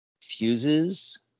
fuses